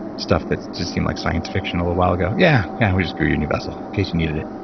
stuff that just seemed like science fiction a little while ago. yeah yeah we just grew you a new vessel in case you needed it.